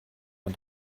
man